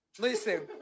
Listen